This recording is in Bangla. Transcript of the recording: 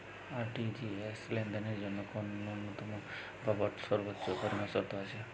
আর.টি.জি.এস লেনদেনের জন্য কোন ন্যূনতম বা সর্বোচ্চ পরিমাণ শর্ত আছে?